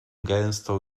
gęstą